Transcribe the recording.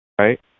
right